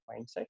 mindset